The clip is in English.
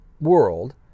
world